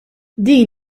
din